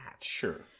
Sure